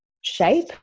shape